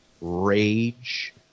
rage